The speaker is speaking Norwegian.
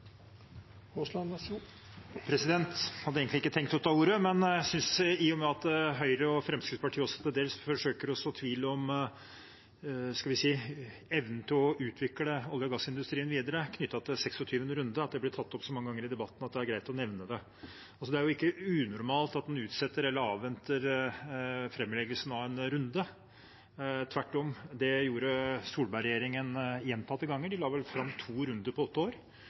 og med at Høyre og Fremskrittspartiet også til dels forsøker å så tvil om evnen til å utvikle olje- og gassindustrien videre, knyttet til 26. runde, og at det blir tatt opp så mange ganger i debatten, er det greit å nevne dette. Det er ikke unormalt at en utsetter eller avventer framleggelsen av en runde. Tvert om, det gjorde Solberg-regjeringen gjentatte ganger. De la vel fram to runder på åtte år.